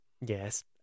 Yes